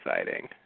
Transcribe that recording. exciting